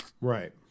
right